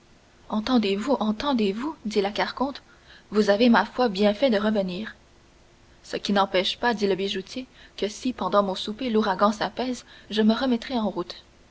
entendez-vous entendez-vous dit la carconte vous avez ma foi bien fait de revenir ce qui n'empêche pas dit le bijoutier que si pendant mon souper l'ouragan s'apaise je me remettrai en route